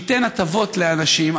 שייתן הטבות לאנשים,